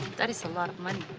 that is a lot of money.